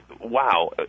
Wow